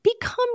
become